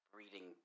reading